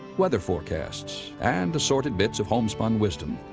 weather forecasts, and assorted bits of homespun wisdom.